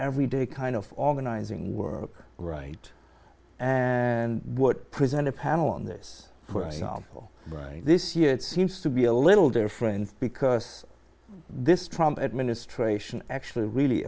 every day kind of organizing work right and what present a panel on this for example this year it seems to be a little different because this trump administration actually really